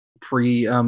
pre